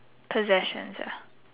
possessions ya